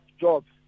jobs